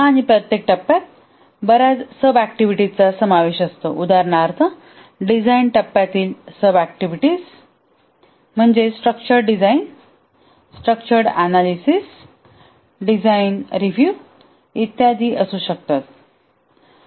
आणि प्रत्येक टप्प्यात बर्याच सब ऍक्टिव्हिटीजचा समावेश असतो उदाहरणार्थ डिझाइन टप्प्यातील सब ऍक्टिव्हिटीज म्हणजे structured design structured analysis design review इत्यादी असू शकतात